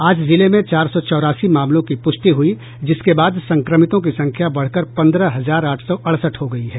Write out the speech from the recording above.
आज जिले में चार सौ चौरासी मामलों की पुष्टि हुई जिसके बाद संक्रमितों की संख्या बढ़कर पन्द्रह हजार आठ सौ अड़सठ हो गयी है